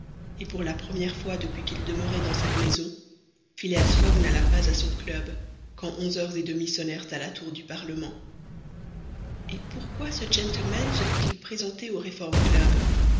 et pour la première fois depuis qu'il demeurait dans cette maison phileas fogg n'alla pas à son club quand onze heures et demie sonnèrent à la tour du parlement et pourquoi ce gentleman se fût-il présenté au